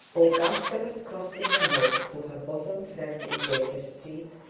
augusta was crossing a note to her bosom friend in baker street,